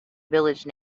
village